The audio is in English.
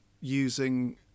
using